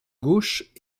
gauche